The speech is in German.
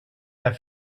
der